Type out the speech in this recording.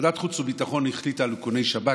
ועדת החוץ והביטחון החליטה על איכוני שב"כ,